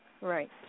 Right